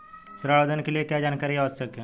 ऋण आवेदन के लिए क्या जानकारी आवश्यक है?